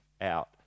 out